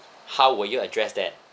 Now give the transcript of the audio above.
how will you address that